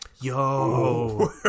Yo